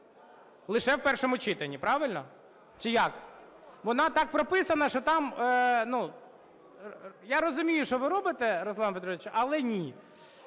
лише в першому читанні. Правильно? Чи як? Вона так прописана, що там, я розумію, що ви робите, Руслане Петровичу, але ні.